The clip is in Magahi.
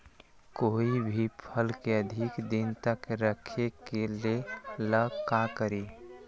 कोई भी फल के अधिक दिन तक रखे के ले ल का करी?